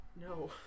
no